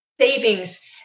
savings